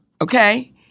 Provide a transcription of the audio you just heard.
okay